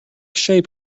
shape